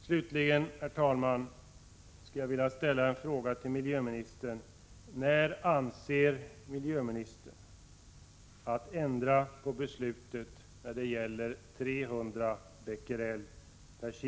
Slutligen, herr talman, skulle jag vilja ställa en fråga till miljöministern: När avser miljöministern att ändra på beslutet om 300 Bq per kg?